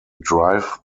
drive